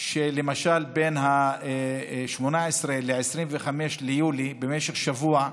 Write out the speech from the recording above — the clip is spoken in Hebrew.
שלמשל בין 18 ל-25 ביולי, במשך שבוע,